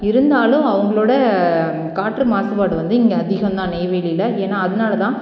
இருந்தாலும் அவர்களோட காற்று மாசுபாடு வந்து இங்கே அதிகம் தான் நெய்வேலியில் ஏன்னால் அதனால்தான்